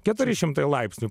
keturi šimtai laipsnių